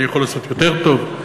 אני יכול לעשות יותר טוב?